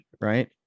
right